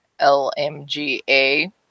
LMGA